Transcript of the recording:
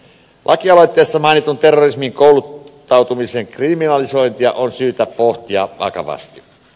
lakialoitteessa mainittua terrorismiin kouluttautumisen kriminalisointia on syytä pohtia vakavasti